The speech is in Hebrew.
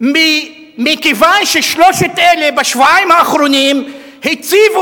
מכיוון ששלושת אלה בשבועיים האחרונים הציבו